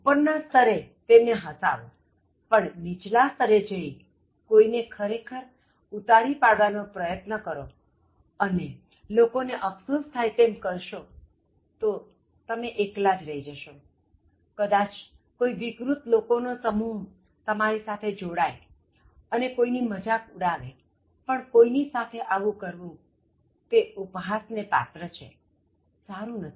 ઉપર ના સ્તરે તેમને હસાવોપણ નીચલા સ્તરે જઇ કોઇને ખરેખર ઉતારી પાડવાનો પ્રયત્ન કરો અને લોકોને અફ્સોસ થાય તેમ કરશો તો તમે એકલા જ્ર રહી જશો કદાચ કોઇ વિકૃત લોકો નો સમૂહ તમારી સાથે જોડાય અને કોઇની મજાક ઉડાવેપણ કોઇની સાથે આવું કરવું તે ઉપહાસ ને પાત્ર છેસારું નથી